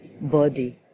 body